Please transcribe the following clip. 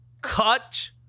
cut